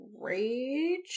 rage